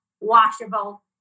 washable